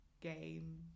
game